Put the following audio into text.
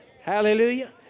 Hallelujah